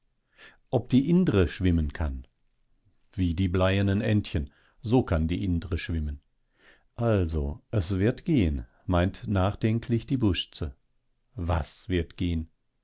ob die indre schwimmen kann wie die bleiernen entchen so kann die indre schwimmen also es wird gehen meint nachdenklich die busze was wird gehen